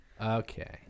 Okay